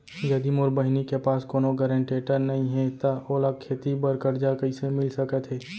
यदि मोर बहिनी के पास कोनो गरेंटेटर नई हे त ओला खेती बर कर्जा कईसे मिल सकत हे?